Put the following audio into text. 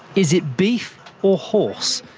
is it beef or horse?